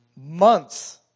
months